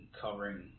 covering